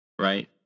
right